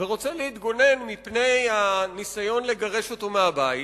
ורוצה להתגונן מפני הניסיון לגרש אותו מהבית.